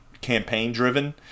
campaign-driven